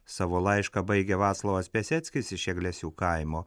savo laišką baigia vaclovas piaseckis iš eglesių kaimo